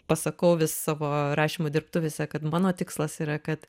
pasakau vis savo rašymo dirbtuvėse kad mano tikslas yra kad